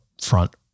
front